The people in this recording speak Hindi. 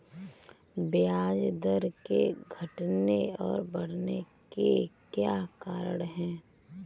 ब्याज दर के घटने और बढ़ने के क्या कारण हैं?